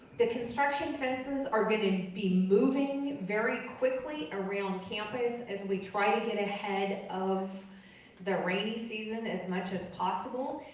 the construction fences are gonna gonna be moving very quickly around campus as we try to get ahead of the rainy season as much as possible.